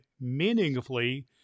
meaningfully